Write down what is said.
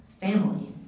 family